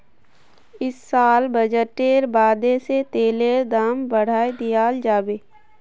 इस साल बजटेर बादे से तेलेर दाम बढ़ाय दियाल जाबे